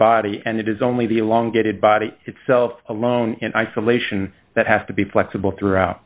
body and it is only the long gated body itself alone in isolation that has to be flexible throughout